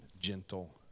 gentle